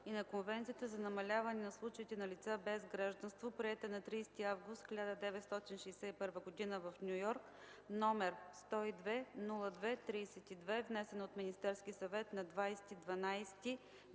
и на Конвенцията за намаляване на случаите на лица без гражданство, приета на 30 август 1961 г. в Ню Йорк, № 102-02-32, внесен от Министерския съвет на 20